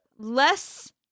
Less